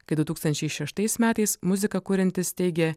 kai du tūkstančiai šeštais metais muziką kuriantys teigė